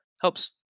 helps